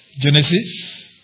Genesis